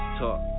talk